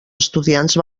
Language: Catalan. estudiants